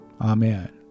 Amen